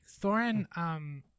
Thorin